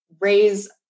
raise